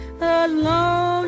alone